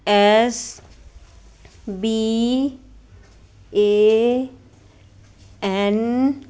S B A N